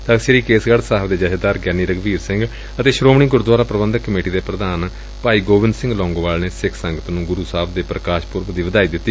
ਤਖ਼ਤ ਸ੍ਰੀ ਕੇਸਗੜ੍ ਸਾਹਿਬ ਦੇ ਜਬੇਦਾਰ ਗਿਆਨੀ ਰਘੁਬੀਰ ਸਿੰਘ ਅਤੇ ਸ੍ਰੋਮਣੀ ਗੁਰਦੁਆਰਾ ਪ੍ਰਬੰਧਕ ਕਮੇਟੀ ਦੇ ਪ੍ਰਧਾਨ ਭਾਈ ਗੋਬਿੰਦ ਸਿੰਘ ਲੌਂਗੋਵਾਨ ਨੇ ਸਿੱਖ ਸੰਗਤ ਨੂੰ ਗੁਰੂ ਸਾਹਿਬ ਦੇ ਪ੍ਰਕਾਸ਼ ਪੁਰਬ ਦੀ ਵਧਾਈ ਦਿੱਤੀ